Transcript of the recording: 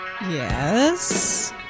Yes